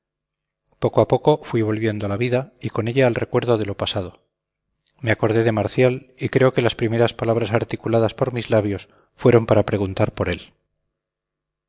poco a poco fui volviendo a la vida y con ella al recuerdo de lo pasado me acordé de marcial y creo que las primeras palabras articuladas por mis labios fueron para preguntar por él